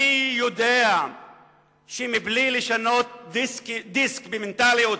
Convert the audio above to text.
אני יודע שמבלי לשנות דיסק ומנטליות